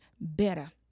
better